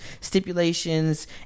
stipulations